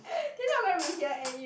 they not gonna be here anyway